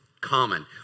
common